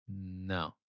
No